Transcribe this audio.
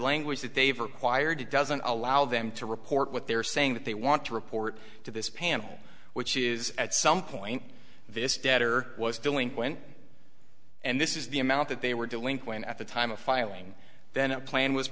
language that they've acquired doesn't allow them to report what they're saying that they want to report to this panel which is at some point this debtor was delinquent and this is the amount that they were delinquent at the time of filing then a plan was